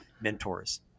Mentors